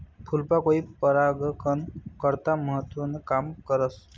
फूलपाकोई परागकन करता महत्वनं काम करस